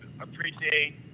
appreciate